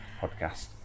podcast